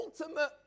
ultimate